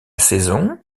saison